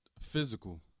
physical